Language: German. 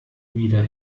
wieder